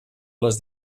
les